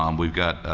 um we've got